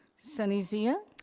sunny zia?